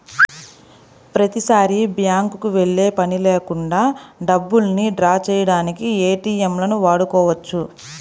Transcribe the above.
ప్రతిసారీ బ్యేంకుకి వెళ్ళే పని లేకుండా డబ్బుల్ని డ్రా చేయడానికి ఏటీఎంలను వాడుకోవచ్చు